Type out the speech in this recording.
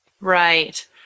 Right